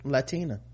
Latina